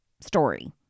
story